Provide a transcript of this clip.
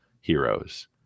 heroes